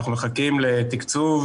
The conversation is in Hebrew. אנחנו מחכים לתקצוב